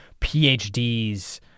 PhDs